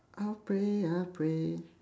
I'll pray I'll pray